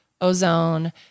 ozone